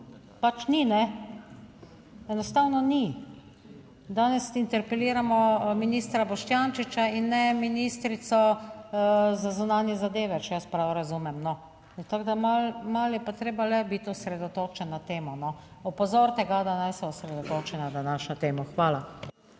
Pač ni, ne? Enostavno ni. Danes interpeliramo ministra Boštjančiča in ne ministrico za zunanje zadeve, če jaz prav razumem, no. Tako da, malo je pa treba le biti osredotočen na temo, no. Opozorite ga, da naj se osredotoči na današnjo temo. Hvala.